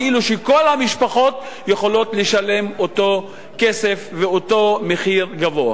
כאילו כל המשפחות יכולות לשלם אותו כסף ואותו מחיר גבוה.